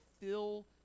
fill